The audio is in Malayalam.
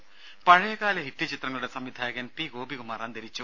ദ്ദേ പഴയകാല ഹിറ്റ് ചിത്രങ്ങളുടെ സംവിധായകൻ പി ഗോപികുമാർ അന്തരിച്ചു